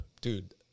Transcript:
dude